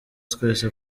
twese